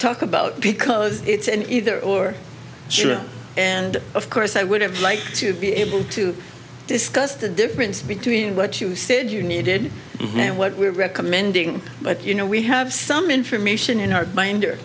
talk about because it's an either or sure and of course i would have liked to be able to discuss the difference between what you said you needed and what we were recommending but you know we have some information in our mind